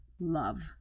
love